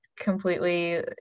Completely